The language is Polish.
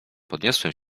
podniosłem